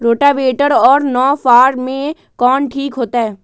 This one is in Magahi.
रोटावेटर और नौ फ़ार में कौन ठीक होतै?